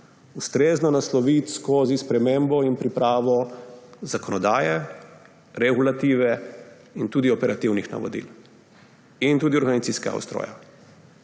ustrezno nasloviti skozi spremembo in pripravo zakonodaje, regulative in tudi operativnih navodil ter tudi organizacijskega ustroja.